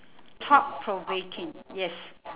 thought provoking yes